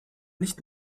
nicht